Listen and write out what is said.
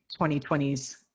2020's